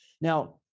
Now